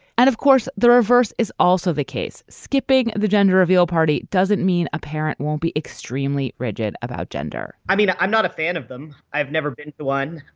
and of course the reverse is also the case skipping the gender reveal party doesn't mean a parent won't be extremely rigid about gender i mean i'm not a fan of them. i've never been to one.